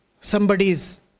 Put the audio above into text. somebody's